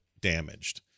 damaged